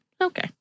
Okay